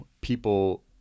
people